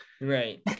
Right